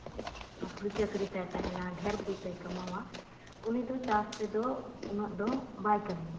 ᱱᱚᱠᱨᱤᱼᱪᱟᱹᱠᱨᱤ ᱛᱟᱭ ᱛᱟᱦᱮᱱᱟ ᱰᱷᱮᱨ ᱯᱩᱭᱥᱟᱹᱭ ᱠᱟᱢᱟᱣᱟ ᱩᱱᱤᱫᱚ ᱪᱟᱥ ᱨᱮᱫᱚ ᱩᱱᱟᱹᱜᱫᱚ ᱵᱟᱭ ᱠᱟᱹᱢᱤᱭᱟ